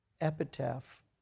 epitaph